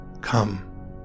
Come